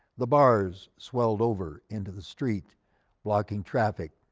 the bars swelled over into the street blocking traffic.